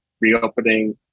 reopening